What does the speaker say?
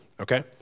okay